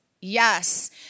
Yes